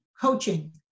coaching